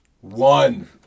One